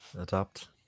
Adapt